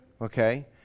Okay